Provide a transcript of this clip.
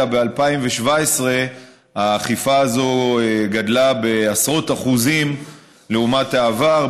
אלא ב-2017 האכיפה הזאת גדלה בעשרות אחוזים לעומת העבר,